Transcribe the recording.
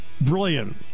Brilliant